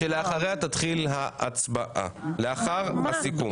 -- שלאחריה תתחיל ההצבעה, לאחר הסיכום.